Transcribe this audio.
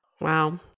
Wow